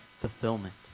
fulfillment